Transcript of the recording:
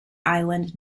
island